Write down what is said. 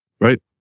right